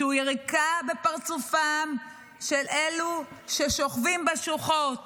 שהוא יריקה בפרצופם של אלו ששוכבים בשוחות,